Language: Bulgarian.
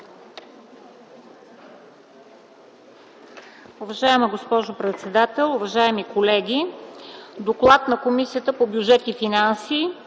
Добре.